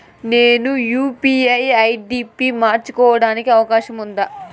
నేను UPI ID P మార్చుకోవడానికి అవకాశం ఉందా?